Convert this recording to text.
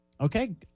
Okay